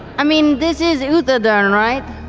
i mean, this is uthodurn, right?